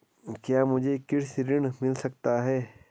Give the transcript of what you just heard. क्या मुझे कृषि ऋण मिल सकता है?